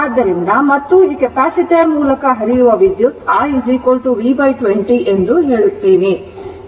ಆದ್ದರಿಂದ ಮತ್ತು ಈ ಕೆಪಾಸಿಟರ್ ಮೂಲಕ ಹರಿಯುವ ವಿದ್ಯುತ್ i v 20 ಎಂದು ಹೇಳುತ್ತೇನೆ